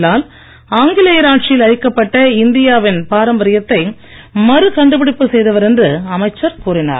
லால் ஆங்கிலேயர் ஆட்சியில் அழிக்கப்பட்ட இந்தியா வின் பாரம்பரியத்தை மறு கண்டுபிடிப்பு செய்தவர் என்று அமைச்சர் கூறினார்